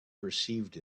perceived